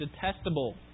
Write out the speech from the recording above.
detestable